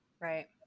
Right